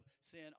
sin